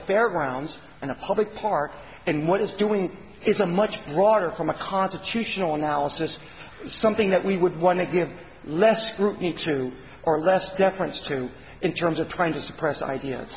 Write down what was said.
fairgrounds in a public park and what it's doing is a much broader from a constitutional now is this something that we would want to give less scrutiny to or less deference to in terms of trying to suppress ideas